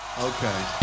Okay